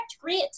great